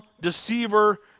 deceiver